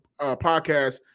podcast